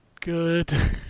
good